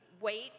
wait